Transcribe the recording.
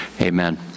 amen